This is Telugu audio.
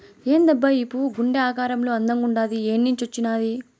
ఏందబ్బా ఈ పువ్వు గుండె ఆకారంలో అందంగుండాది ఏన్నించొచ్చినాది